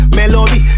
Melody